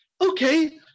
Okay